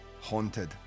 haunted